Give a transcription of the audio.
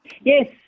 Yes